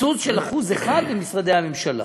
קיצוץ של 1% במשרדי הממשלה.